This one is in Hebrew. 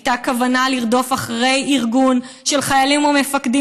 הייתה כוונה לרדוף אחרי ארגון של חיילים ומפקדים